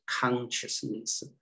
consciousness